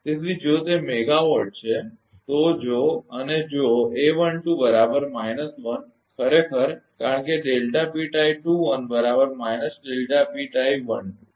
તેથી જો તે મેગાવાટ છે તો જો અને જો ખરેખર કારણ કે કારણ કે નુકસાનલોસ અવગણવામાં આવે છે